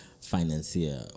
financier